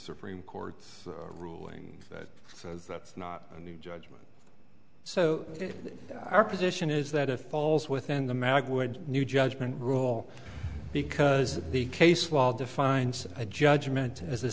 supreme court's ruling that says that's not a new judgment so our position is that a falls within the mag would new judgment rule because the case law defines a judgment as a